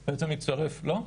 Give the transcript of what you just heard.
לא?